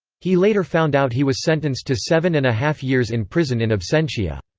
he later found out he was sentenced to seven-and-a-half years in prison in absentia.